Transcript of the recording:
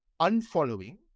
unfollowing